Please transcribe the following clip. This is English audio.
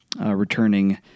returning